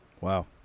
Wow